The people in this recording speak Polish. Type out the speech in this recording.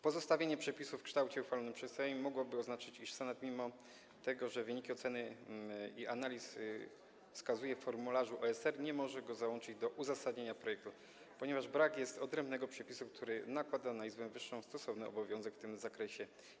Pozostawienie przepisów w kształcie uchwalonym przez Sejm mogłoby oznaczać, iż Senat mimo że wyniki oceny i analiz wskazuje w formularzu OSR, nie może go załączyć do uzasadnienia projektu, ponieważ brak jest odrębnego przepisu, który nakłada na Izbę Wyższą stosowny obowiązek w tym zakresie.